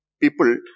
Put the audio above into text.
people